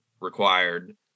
required